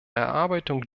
erarbeitung